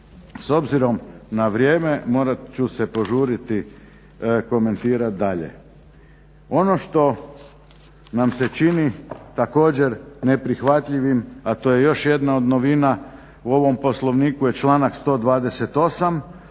S obzirom na vrijeme morat ću se požuriti komentirat dalje. Ono što nam se čini također neprihvatljivim, a to je još jedna od novina u ovom Poslovniku je članak 128.